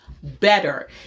better